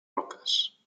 roques